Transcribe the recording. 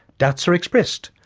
doubts are expressed,